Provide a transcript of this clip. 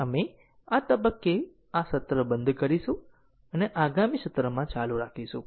તેથી આપણે આ સત્રને અહી સમાપ્ત કરીશું અને આ પોઈન્ટ આગામી સત્રમાં ચાલુ રાખીશું